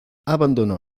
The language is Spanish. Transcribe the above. abandonó